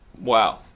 Wow